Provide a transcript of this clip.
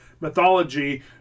mythology